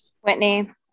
Whitney